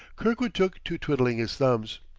kirkwood took to twiddling his thumbs.